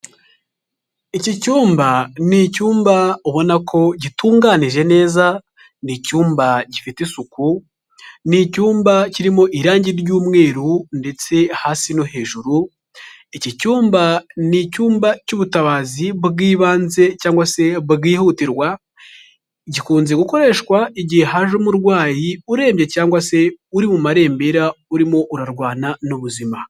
Iki cyumba ni cyumba ubona ko gitunganije neza, ni icyumba gifite isuku ni icyuyumba kirimo irangi ry'umweru ndetse hasi no hejuru iki cyumba ni icyumba cy'ubutabazi bwi'ibanze cyangwa se bwihutirwa gikunze gukoreshwa igihe haje umurwayi urembye cyangwa se uri mu marembera urimo urarwana n'ubuzima.